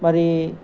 మరి